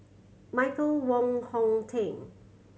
Michael Wong Hong Teng